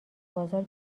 بازار